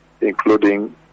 including